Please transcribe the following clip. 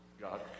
God